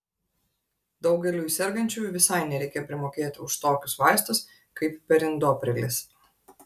daugeliui sergančiųjų visai nereikia primokėti už tokius vaistus kaip perindoprilis